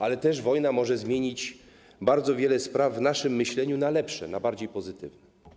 Ale też wojna może zmienić bardzo wiele spraw w naszym myśleniu na lepsze, na bardziej pozytywne.